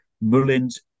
Mullins